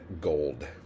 gold